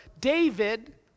David